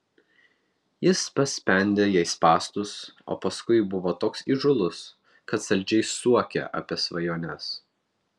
jis paspendė jai spąstus o paskui buvo toks įžūlus kad saldžiai suokė apie svajones